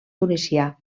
tunisià